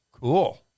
cool